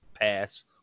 pass